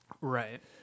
Right